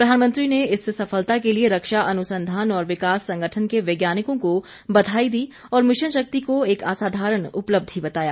प्रधानमंत्री ने इस सफलता के लिए रक्षा अनुसंधान और विकास संगठन के वैज्ञानिकों को बधाई दी और मिशन शक्ति को एक असाधारण उपलब्धि बताया